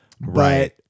Right